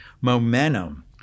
momentum